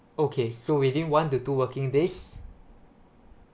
okay so within one to two working days